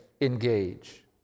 engage